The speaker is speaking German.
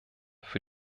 für